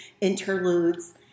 interludes